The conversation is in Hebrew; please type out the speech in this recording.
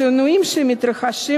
השינויים שמתרחשים